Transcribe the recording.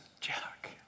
Jack